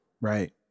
Right